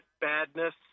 badness